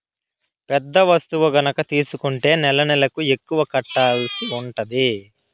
పెద్ద వస్తువు గనక తీసుకుంటే నెలనెలకు ఎక్కువ కట్టాల్సి ఉంటది